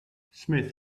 smith